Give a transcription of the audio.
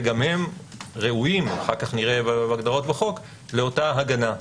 וגם הם ראויים אחר כך נראה בהגדרות בחוק לאותה הגנה.